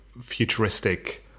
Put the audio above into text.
futuristic